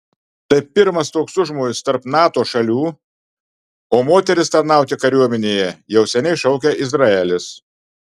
tai pirmas toks užmojis tarp nato šalių o moteris tarnauti kariuomenėje jau seniai šaukia izraelis